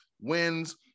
wins